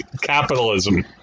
capitalism